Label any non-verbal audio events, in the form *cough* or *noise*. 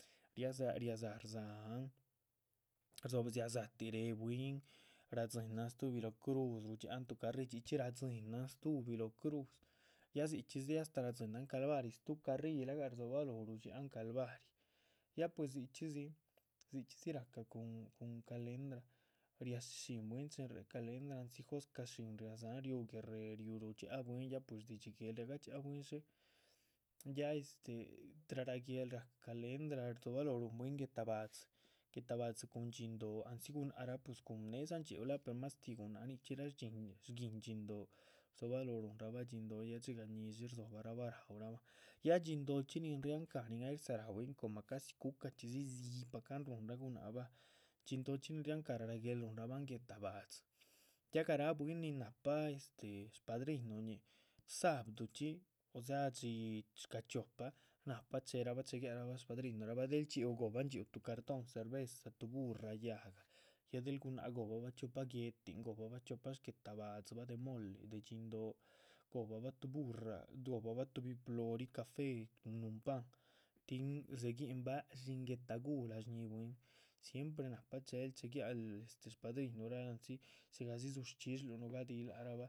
Ya ria´dza rdzáhan *unintelligible* dzia´dzati réhe bwín radzínahan stuhbi lóho cru´dzi rudxiáhan tuh carrí chxí chxí radzíhinan stuhbi, lóho cru´dzi, ya dzichxídzi. astáh radzínahan calvarih shtuhu carrí lahga rdzobalóh rudxiáhan calvarih, ya pues dzichxídzi, dzichxídzi, rahca cun calendra riahshí shín bwín chin réhe calendra. andzi jóscah shín ria´dzahan riú guérrehe, rudxiáha bwín ya puis shdidxí guéhl riaga dxiáha bwín dxé, ya este raráh guéhl ráhca calendra rdzobaloho rúhun bwín guéhtabadzi. guéhtabadzi cun dhxín dóh andzi rah cun nédza ndxhíu lah, per máztih gunáhc nichxín shguíhin dhxín dóh, rdzóbaloho rúhunrabah dhxín dóh, dxigah ñíshi. rdzobarahbah raúrahbahan, ya dhxín dóhchxi nin riáhan cah nin ay rdzaráh bwín comah casi cu´cachxidzi dziyih pahcan rúhunrah gunáhc bah, dhxín dóhchxi nin riáhan cah. rahrá guéhla ruhunrabahn guéhtabadzi ya garáh bwín nin náhpa este shádrinuhñi sabduchxí osea dxí shcáa chiopa, nahpa chéherabah chegiarahbah shpadrinurahbah. del dxhíu go´bah dxhíu tuh cartón cerveza, tuh burra yáhga, ya del gunáhc rianerahbah chiopa guéhtin, go´bah bah chiopa shguéhtabadzi bah de mole, de dhxín dóh. go´bah ba tuh burra gohbah ba tuhbi plorih café, cun núhun pan tin dzegíhinbah shíhin guetaguhla shíhi bwín siempre nahpa chehel chehe giac´l shpadrinurahluh andzi dzigahdzi. dzush chxishluh nugadiluh lác rahba